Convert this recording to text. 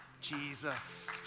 Jesus